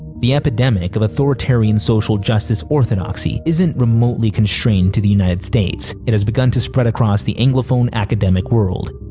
the epidemic of authoritarian social justice orthodoxy isn't remotely constrained to the united states. it has begun to spread across the anglophone academic world.